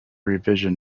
revision